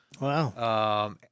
Wow